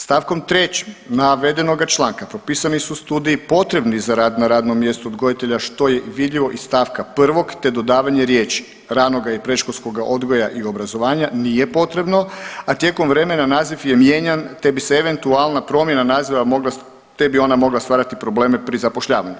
Stavkom 3. navedenoga članka propisani su studiji potrebni za rad na radnom mjestu odgojitelja što je i vidljivo iz stavka 1. te dodavanje riječi ranoga i predškolskoga odgoja i obrazovanja nije potrebno, a tijekom vremena naziv je mijenjan te bi se eventualna promjena naziva mogla te bi ona mogla stvarati probleme pri zapošljavanju.